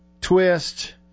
twist